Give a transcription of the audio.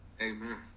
Amen